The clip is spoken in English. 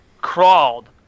crawled